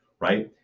right